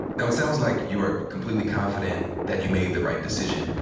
now it sounds like you are completely confident that you made the right decision.